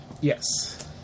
Yes